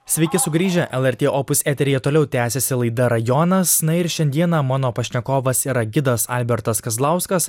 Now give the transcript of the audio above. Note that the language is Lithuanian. sveiki sugrįžę lrt opus eteryje toliau tęsiasi laida rajonas na ir šiandieną mano pašnekovas tai yra gidas albertas kazlauskas